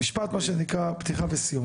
משפט, מה שנקרא, פתיחה וסיום.